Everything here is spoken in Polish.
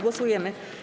Głosujemy.